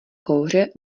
kouře